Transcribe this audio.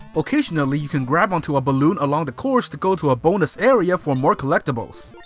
occasionally you can grab onto a balloon along the course to go to a bonus area for more collectibles.